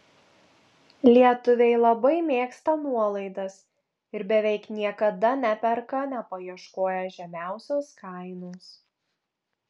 lietuviai labai mėgsta nuolaidas ir beveik niekada neperka nepaieškoję žemiausios kainos